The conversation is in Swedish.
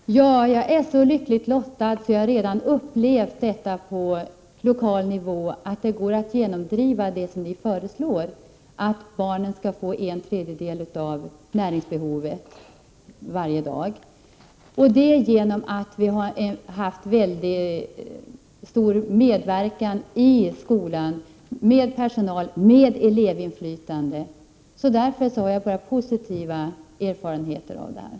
Herr talman! Jag är så lyckligt lottad att jag redan upplevt på den lokala nivån att det går att genomföra det som ni föreslår, att barnen skall få en tredjedel av sitt dagliga näringsbehov i skolan. Detta har vi lyckats med genom stor personalmedverkan och elevinflytande. Därför har jag bara positiva erfarenheter därvidlag.